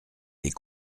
les